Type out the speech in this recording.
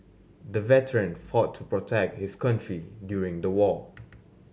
the veteran fought to protect his country during the war